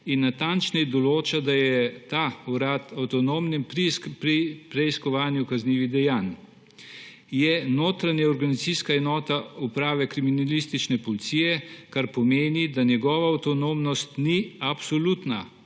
in natančneje določa, da je ta urad avtonomen pri preiskovanju kaznivih dejanj. Je notranja organizacijska enota Uprave kriminalistične policije, kar pomeni, da njegova avtonomnost ni absolutna,